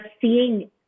seeing